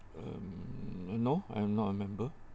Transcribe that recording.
um no I'm not a member